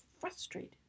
frustrated